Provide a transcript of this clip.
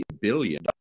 billion